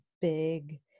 big